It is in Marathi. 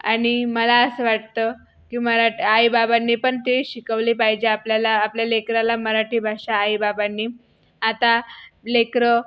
आणि मला असं वाटतं की मला आईबाबांनी पण ते शिकवले पाहिजे आपल्याला आपल्या लेकराला मराठी भाषा आईबाबांनी आता लेकरं